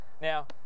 Now